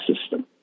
system